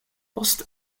post